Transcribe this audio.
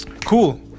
Cool